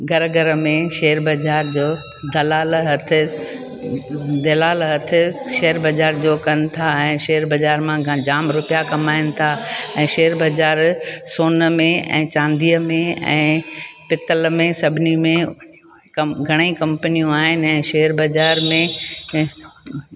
घर घर में शेयर बज़ार जो दलाल हथ दलाल हथ शेयर बज़ार जो कनि था ऐं शेयर बज़ार मां घण जामु रुपया कमाइनि था ऐं शेयर बज़ार सोन में ऐं चांदीअ में ऐं पितल में सभिनी में कंपनियूं आहिनि घणई कंपनियूं आहिनि शेयर बज़ार में पंहिंजो हथ आहे